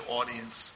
audience